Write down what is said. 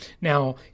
Now